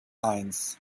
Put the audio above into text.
eins